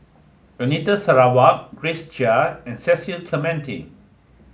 Anita Sarawak Grace Chia and Cecil Clementi